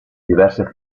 diverse